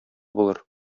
булыр